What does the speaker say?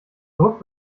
druck